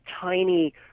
tiny